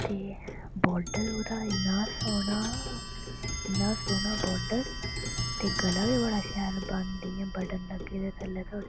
ते बार्डर ओह्दा इन्ना सोह्ना इन्ना सोह्ना बार्डर ते गला बी बड़ा शैल बंद इयां बटन लग्गे दे थल्ले धोड़ी